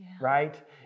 right